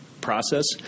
process –